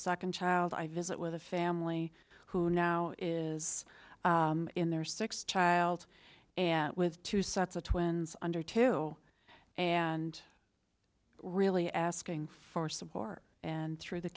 second child i visit with a family who now is in their six child with two sets of twins under two and really asking for support and through the